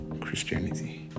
Christianity